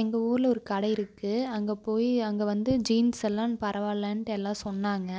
எங்கள் ஊரில் ஒரு கடை இருக்குது அங்கே போய் அங்கே வந்து ஜீன்ஸ் எல்லாம் பரவாயில்லன்ட்டு எல்லா சொன்னாங்க